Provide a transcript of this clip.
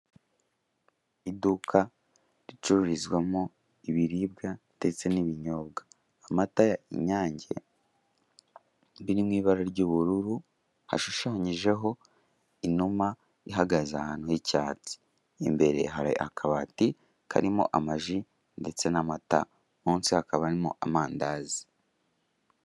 Iduka ricururizwamo ibiribwa ndetse n'ibinyobwa, amata y'inyange, biri mu ibara ry'ubururu hashushanyijeho inuma ihagaze ahantu h'icyatsi, imbere hari akabati karimo amaji ndetse n'amata munsi hakaba harimo amandazi.